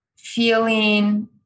feeling